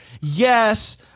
Yes